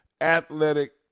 athletic